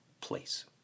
place